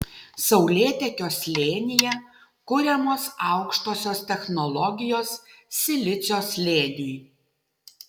saulėtekio slėnyje kuriamos aukštosios technologijos silicio slėniui